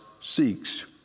seeks